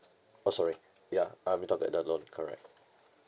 oh sorry ya ah without the another loan correct